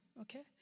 okay